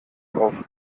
auf